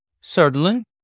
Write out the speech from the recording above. Certainly